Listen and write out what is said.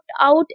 out